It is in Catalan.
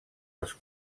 als